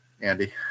Andy